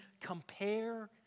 compare